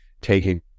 taking